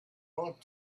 ought